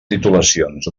titulacions